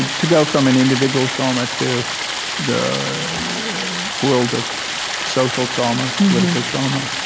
to go from an individual trauma to the world of social trauma, political trauma